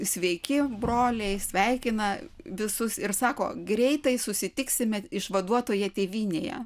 sveiki broliai sveikina visus ir sako greitai susitiksime išvaduotoje tėvynėje